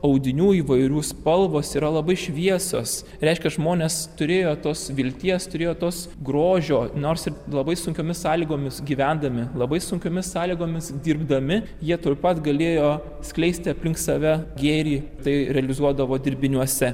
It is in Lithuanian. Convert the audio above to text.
audinių įvairių spalvos yra labai šviesos reiškia žmonės turėjo tos vilties turėjo tos grožio nors ir labai sunkiomis sąlygomis gyvendami labai sunkiomis sąlygomis dirbdami jie taip pat galėjo skleisti aplink save gėrį tai realizuodavo dirbiniuose